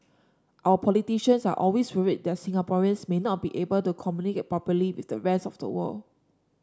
our politicians are always worried that Singaporeans may not be able to communicate properly with the rest of the world